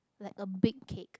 like a big cake